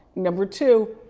number two,